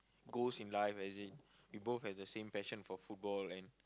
goals in life as in we both have the same passion for football and